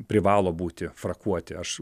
privalo būti frakuoti aš